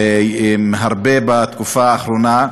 הרבה בתקופה האחרונה.